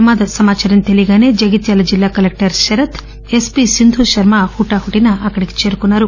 ప్రమాద సమాచారం తెలియగాసే జగిత్యాల జిల్లా కలెక్టర్ శరత్ ఎస్పీ సింధూశర్మ హుటాహుటిన అక్కడికి చేరుకున్నారు